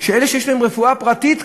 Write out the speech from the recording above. אלה שיש להם רפואה פרטית כבר,